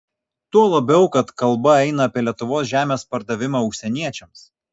tuo labiau kad kalba eina apie lietuvos žemės pardavimą užsieniečiams